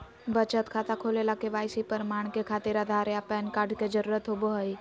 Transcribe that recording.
बचत खाता खोले ला के.वाइ.सी प्रमाण के खातिर आधार आ पैन कार्ड के जरुरत होबो हइ